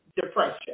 depression